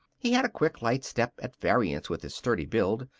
he had a quick, light step at variance with his sturdy build,